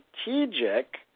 strategic